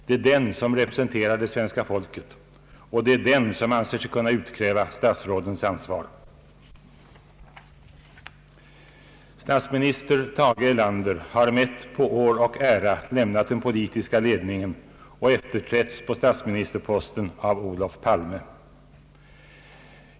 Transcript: Det är den som representerar det svenska folket och det är den som anser sig kunna utkräva statsrådens ansvar. Statsministern Tage Erlander har, mätt på år och ära, lämnat den politiska ledningen och efterträtts på statsministerposten av Olof Palme.